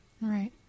Right